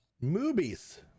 movies